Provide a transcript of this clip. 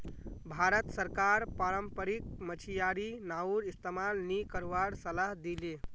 भारत सरकार पारम्परिक मछियारी नाउर इस्तमाल नी करवार सलाह दी ले